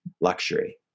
luxury